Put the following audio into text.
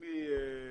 אם היא תתאחר,